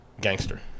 Gangster